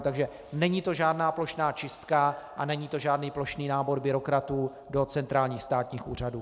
Takže není to žádná plošná čistka a není to žádný plošný nábor byrokratů do centrálních státních úřadů.